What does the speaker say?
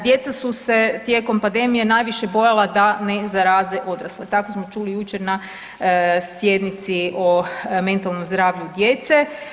Djeca su se tijekom pandemije najviše bojala da ne zaraze odrasle, tako smo čuli jučer na sjednici o mentalnom zdravlju djece.